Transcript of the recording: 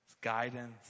guidance